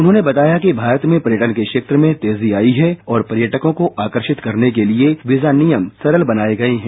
उन्होंने बताया कि भारत में पर्यटन के क्षेत्र में तेजी में तेजी आई है और पर्यटकों को आकर्षित करने के लिए वीजा नियम सरल बनाए गए है